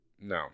No